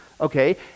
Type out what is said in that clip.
okay